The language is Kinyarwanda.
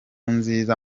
nziza